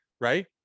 Right